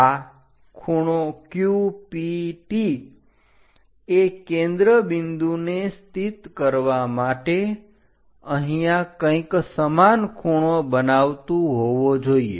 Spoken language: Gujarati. આ ∠Q P T એ કેન્દ્ર બિંદુને સ્થિત કરવા માટે અહીંયા કંઈક સમાન ખૂણો બનાવતું હોવો જોઈએ